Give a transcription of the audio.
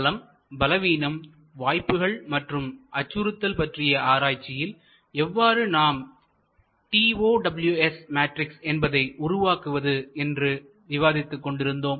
பலம் பலவீனம் வாய்ப்புகள் மற்றும் அச்சுறுத்தல் பற்றிய ஆராய்ச்சியில் எவ்வாறு நாம் TOWS மேட்ரிக்ஸ் என்பதை உருவாக்குவது என்று விவாதித்துக் கொண்டிருந்தோம்